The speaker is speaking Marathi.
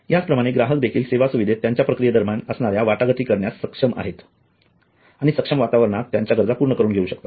त्याचप्रमाणे ग्राहक देखील सेवा सुविधेत त्यांच्या प्रक्रियेदरम्यान असणाऱ्या वाटाघाटी करण्यास सक्षम आहेत आणि सक्षम वातावरणात त्यांच्या गरजा पूर्ण करून घेऊ शकतात